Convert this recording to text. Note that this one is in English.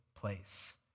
place